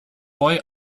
boy